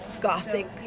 gothic